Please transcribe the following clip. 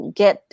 get